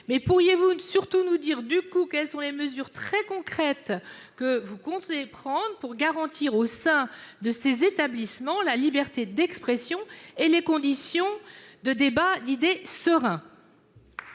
? Pourriez-vous aussi nous dire, par conséquent, les mesures très concrètes que vous comptez prendre pour garantir au sein de ces établissements la liberté d'expression et les conditions de débats d'idées sereins ?